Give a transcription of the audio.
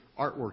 artwork